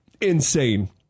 Insane